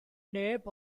neb